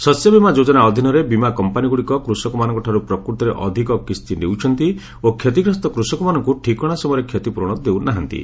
ଶସ୍ୟ ବିମା ଯୋଜନା ଅଧୀନରେ ବିମା କମ୍ପାନୀଗୁଡ଼ିକ କୃଷକମାନଙ୍କଠାରୁ ପ୍ରକୃତରେ ଅଧିକ କିସ୍ତି ନେଉଛନ୍ତି ଓ କ୍ଷତିଗ୍ରସ୍ତ କୃଷକମାନଙ୍କୁ ଠିକଣା ସମୟରେ କ୍ଷତିପ୍ରରଣ ଦେଉ ନାହାନ୍ତି